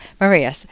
Maria